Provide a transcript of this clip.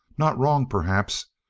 not wrong, perhaps.